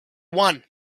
one